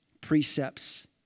precepts